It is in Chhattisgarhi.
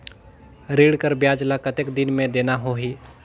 ऋण कर ब्याज ला कतेक दिन मे देना होही?